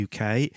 UK